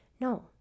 No